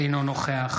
אינו נוכח